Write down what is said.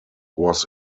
was